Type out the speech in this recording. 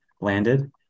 landed